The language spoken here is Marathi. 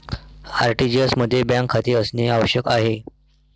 आर.टी.जी.एस मध्ये बँक खाते असणे आवश्यक आहे